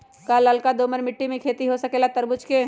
का लालका दोमर मिट्टी में खेती हो सकेला तरबूज के?